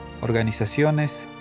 organizaciones